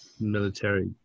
military